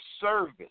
service